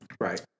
Right